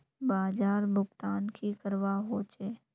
बाजार भुगतान की करवा होचे?